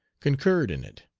concurred in it,